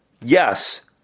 yes